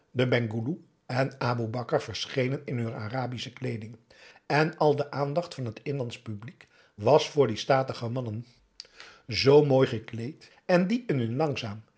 en aboe bakar verschenen in hun arabische kleeding en al de aandacht van het inlandsch publiek was voor die statige mannen zoo mooi gekleed en die in hun langzaam